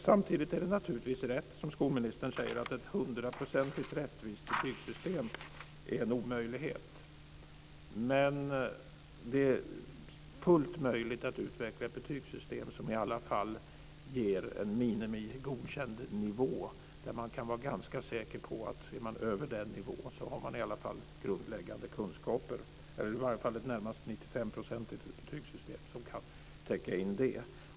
Samtidigt är det naturligtvis rätt som skolministern säger: Ett hundraprocentigt rättvist betygssystem är en omöjlighet. Men det är fullt möjligt att utveckla ett betygssystem som i alla fall ger en minimigodkänd-nivå, ett system där man kan vara ganska säker på att om man är över den nivån har man i alla fall grundläggande kunskaper. Ett 95-procentigt betygssystem kan täcka in det.